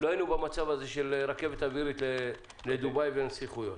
לא היינו במצב הזה של רכבת אווירית לדובאי ולנסיכויות.